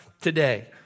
today